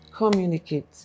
Communicate